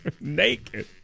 Naked